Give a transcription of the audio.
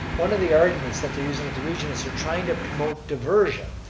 one of the arguments that they're using at the region is they're trying to promote diversion,